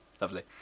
lovely